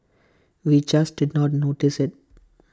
we just did not notice IT